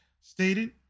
stated